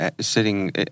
sitting